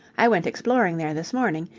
i went exploring there this morning.